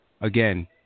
Again